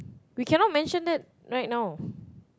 we cannot mention that right now